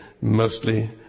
mostly